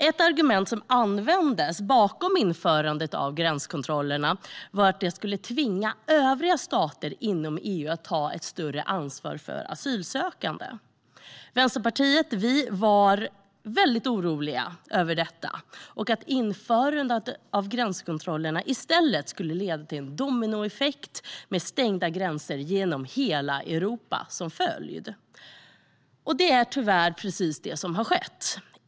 Ett argument som användes för införandet av gränskontrollerna var att de skulle tvinga övriga stater inom EU att ta ett större ansvar för asylsökande. Vi i Vänsterpartiet var väldigt oroliga över detta och för att införandet av gränskontrollerna i stället skulle leda till en dominoeffekt med stängda gränser genom hela Europa som följd. Det är tyvärr precis det som har skett.